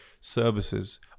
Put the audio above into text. services